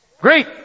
Great